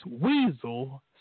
Weasel